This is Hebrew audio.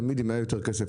תמיד אם היה יותר כסף,